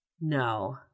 no